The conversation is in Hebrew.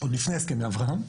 עוד לפני הסכמי אברהם,